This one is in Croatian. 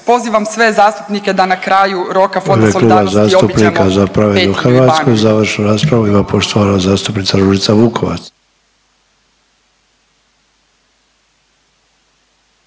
pozivam sve zastupnike da na kraju roka Fonda solidarnosti obiđemo Petrinju